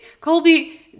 Colby